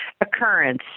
Occurrence